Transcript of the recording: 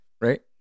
right